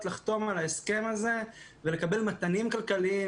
לחתום על ההסכם הזה ולקבל מענים כלכליים,